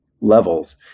levels